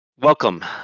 Welcome